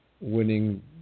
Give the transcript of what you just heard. winning